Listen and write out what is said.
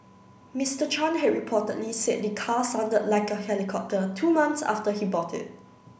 Mister Chan had reportedly said the car sounded like a helicopter two months after he bought it